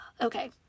Okay